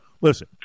Listen